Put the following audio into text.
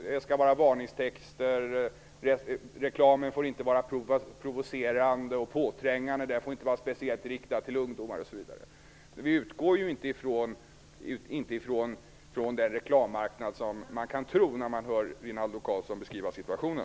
Det skall vara varningstexter, reklamen får inte vara provocerande och påträngande, den får inte vara speciellt riktad till ungdomar, osv. Vi utgår ju inte ifrån den reklammarknad som man kan tro att vi har när man hör Rinaldo Karlsson beskriva situationen.